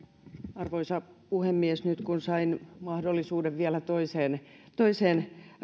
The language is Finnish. arvoisa puhemies nyt kun sain mahdollisuuden vielä toiseen toiseen